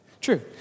True